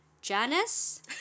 Janice